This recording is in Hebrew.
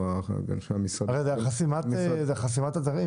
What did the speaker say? הרי זה על סינון אתרים.